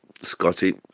Scotty